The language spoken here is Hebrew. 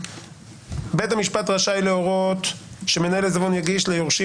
"בית המשפט רשאי להורות שמנהל העיזבון יגיש ליורשים